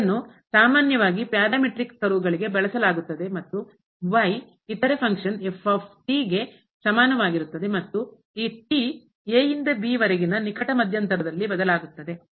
ಇದನ್ನು ಸಾಮಾನ್ಯವಾಗಿ parametric curve ಗಳಿಗೆ ಬಳಸಲಾಗುತ್ತದೆ ಮತ್ತು ಇತರೆ ಫಂಕ್ಷನ್ ಗೆ ಸಮಾನವಾಗಿರುತ್ತದೆ ಈ ವರೆಗಿನ ನಿಕಟ ಮಧ್ಯಂತರದಲ್ಲಿ ಬದಲಾಗುತ್ತದೆ